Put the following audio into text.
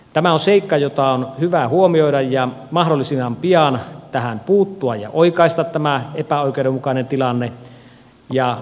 tämä on seikka joka on hyvä huomioida ja mahdollisimman pian pitää tähän puuttua ja oikaista tämä epäoikeudenmukainen tilanne